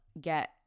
get